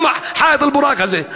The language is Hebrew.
גם ה"חיט אל-בוראק" הזה,